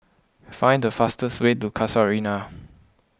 find the fastest way to Casuarina